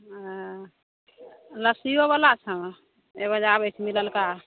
ओ लस्सियो बाला छो एगो जे आबै छै मिललका